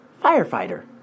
Firefighter